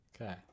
Okay